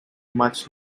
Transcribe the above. much